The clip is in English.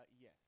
yes